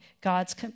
God's